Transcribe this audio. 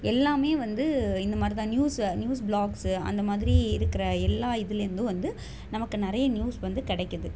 எல்லாமே வந்து இந்தமாதிரிதான் நியூஸ்ஸ நியூஸ் ப்ளாக்ஸ்ஸு அந்தமாதிரி இருக்கிற எல்லா இதிலேருந்தும் வந்து நமக்கு நிறைய நியூஸ் வந்து கிடைக்கிது